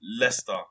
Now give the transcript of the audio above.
Leicester